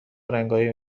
رنگهای